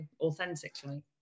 authentically